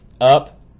up